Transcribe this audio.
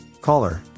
Caller